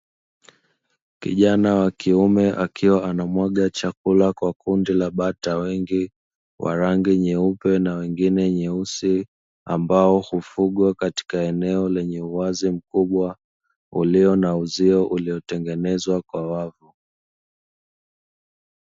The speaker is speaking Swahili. Kijana wa kiume akiwa anamwaga chakula katika kundi la bata wengi wenye rangi nyeupe na wengine nyeusi, ambao hufugwa katika eneo lenye uwazi mkubwa ulio na uzio uliotengenezwa kwa wavu.